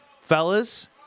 Fellas